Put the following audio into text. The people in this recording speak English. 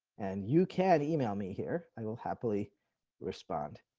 and you can email me here, i will happily respond